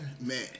Man